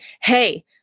hey